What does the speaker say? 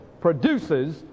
produces